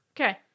Okay